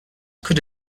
could